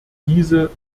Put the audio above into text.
diese